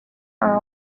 are